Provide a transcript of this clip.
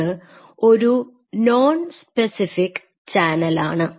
ഇത് ഒരു non specific ചാനലാണ്